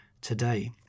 today